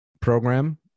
program